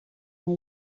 know